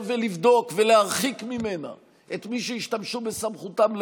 ולבדוק ולהרחיק ממנה את מי שהשתמשו בסמכותם לרעה.